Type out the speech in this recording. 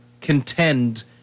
contend